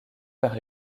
par